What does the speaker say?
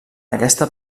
aquesta